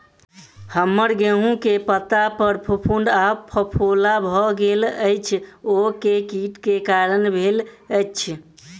हम्मर गेंहूँ केँ पत्ता पर फफूंद आ फफोला भऽ गेल अछि, ओ केँ कीट केँ कारण भेल अछि?